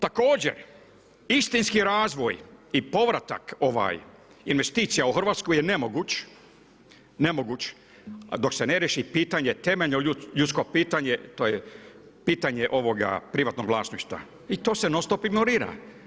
Također istinski razvoj i povratak investicija u Hrvatsku je nemoguć, dok se ne riješi pitanje, temeljno ljudsko pitanje, to je pitanje ovoga privatnog vlasništva i to se non stop ignorira.